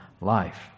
life